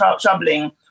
troubling